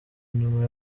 nyuma